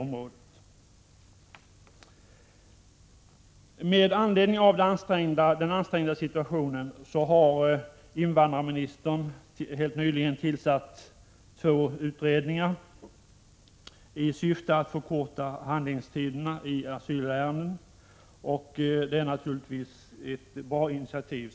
Med anledning av den ansträngda situationen har invandrarministern helt nyligen tillsatt två utredningar i syfte att förkorta handläggningstiderna i asylärenden, och det är ett bra initiativ.